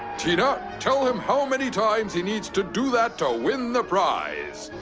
tina, tell him how many times he needs to do that to win the prize.